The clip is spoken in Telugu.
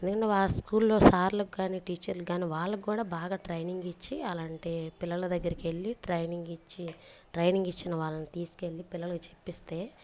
ఎందుకంటే ఆ స్కూల్లో సార్లకి కానీ టీచర్లకు కానీ వాళ్ళకి కూడా బాగా ట్రైనింగ్ ఇచ్చి అలాంటి పిల్లల దగ్గరికి వెళ్ళి ట్రైనింగ్ ఇచ్చి ట్రైనింగ్ ఇచ్చిన వాళ్ళని తీసుకెళ్ళి పిల్లలకు చెప్పిస్తే